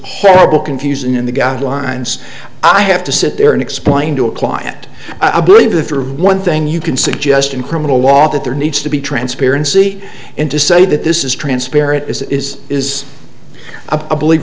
horrible confusion in the guidelines i have to sit there and explain to a client i believe that for one thing you can suggest in criminal law that there needs to be transparency and to say that this is transparent is is is a belie